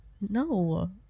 No